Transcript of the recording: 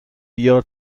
بیار